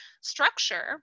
structure